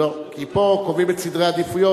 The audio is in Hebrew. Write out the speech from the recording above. ולא, כי פה קובעים את סדר העדיפויות.